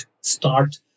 start